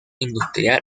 industrial